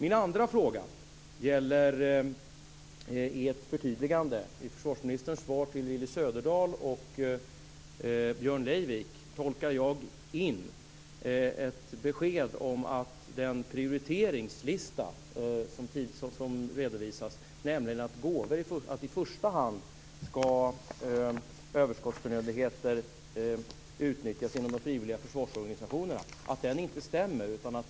Min andra fråga gäller ett förtydligande. I försvarsministerns svar till Willy Söderdahl och Björn Leivik tolkar jag in ett besked om att den prioriteringslista som redovisas, som innebär att överskottsförnödenheter i första hand ska utnyttjas inom de frivilliga försvarsorganisationerna, inte stämmer.